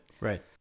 Right